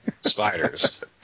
spiders